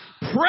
Pray